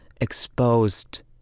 exposed